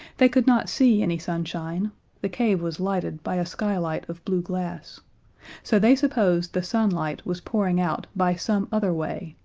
they could not see any sunshine the cave was lighted by a skylight of blue glass so they supposed the sunlight was pouring out by some other way,